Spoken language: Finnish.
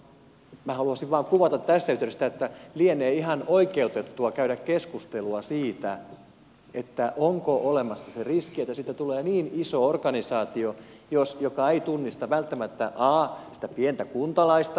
minä haluaisin vain kuvata tässä yhteydessä sitä että lienee ihan oikeutettua käydä keskustelua siitä onko olemassa se riski että siitä tulee niin iso organisaatio että se ei tunnista välttämättä pientä kuntalaista